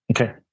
Okay